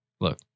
look